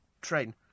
train